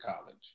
college